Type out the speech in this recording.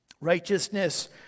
Righteousness